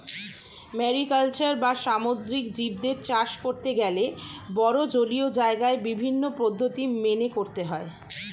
mariculture বা সামুদ্রিক জীবদের চাষ করতে গেলে বড়ো জলীয় জায়গায় বিভিন্ন পদ্ধতি মেনে করতে হয়